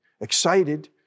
excited